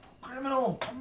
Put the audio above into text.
criminal